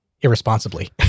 irresponsibly